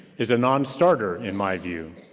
is a non-starter in my view.